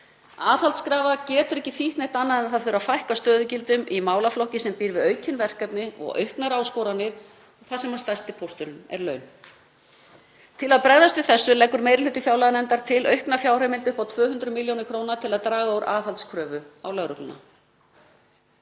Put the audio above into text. Aðhaldskrafan getur ekki þýtt neitt annað en að það þurfi að fækka stöðugildum í málaflokki sem býr við aukin verkefni og auknar áskoranir þar sem stærsti pósturinn er laun. Til að bregðast við þessu leggur meiri hluti fjárlaganefndar til aukna fjárheimild upp á 200 millj. kr. til að draga úr aðhaldskröfu á lögreglu.